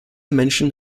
menschen